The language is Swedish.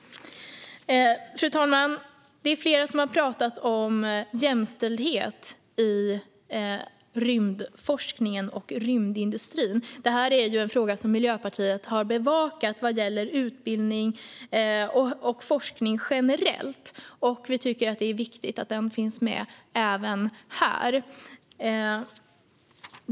Fru talman! Flera har pratat om jämställdhet i rymdforskningen och rymdindustrin. Det här är ju en fråga som Miljöpartiet har bevakat vad gäller utbildning och forskning generellt, och vi tycker att det är viktigt att den finns med även här.